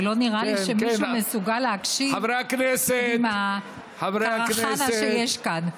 ולא נראה לי שמישהו מסוגל להקשיב עם הקרחנה שיש כאן.